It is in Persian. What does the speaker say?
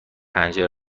پنجره